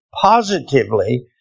positively